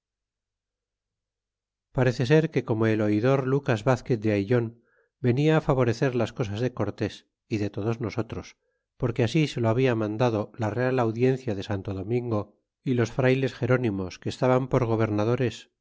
parece ser que como el oidor lucas vazquer de aillon venia favorecer las cosas de cortés y de todos nosotros porque así se lo habia mandado la real audiencia de santo domingo y los frayles gerónimos que estaban por gobernadores